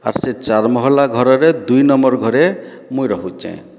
ଆର୍ ସେ ଚାର୍ ମହଲା ଘରରେ ଦୁଇ ନମ୍ବର୍ ଘରେ ମୁଁ ରହୁଛେଁ